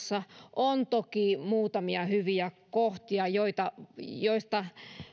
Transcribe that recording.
on toki muutamia hyviä kohtia joista